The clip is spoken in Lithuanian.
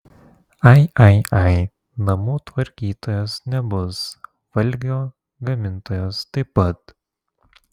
ai ai ai namų tvarkytojos nebus valgio gamintojos taip pat